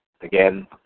again